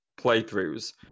playthroughs